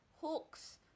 hooks